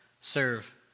serve